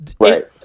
Right